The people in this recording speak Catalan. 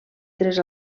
tres